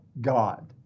God